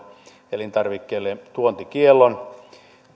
elintarvikkeille tuontikiellon